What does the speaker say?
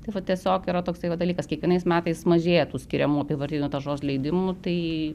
tai va tiesiog yra toksai va dalykas kiekvienais metais mažėja tų skiriamų apyvartinių taršos leidimų tai